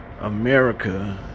America